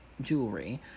jewelry